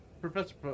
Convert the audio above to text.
Professor